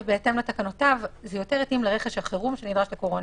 ובהתאם לתקנותיו זה יותר התאים לרכש החרום של תקופת הקורונה.